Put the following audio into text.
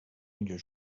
millor